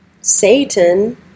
Satan